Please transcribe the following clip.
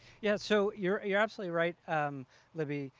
yeah so you're you're absolutely right libby.